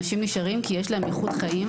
אנשים נשארים כי יש להם איכות חיים,